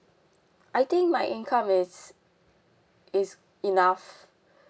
I think my income is is enough